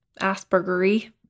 Aspergery